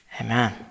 amen